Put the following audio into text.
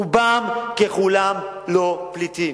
רובם ככולם לא פליטים.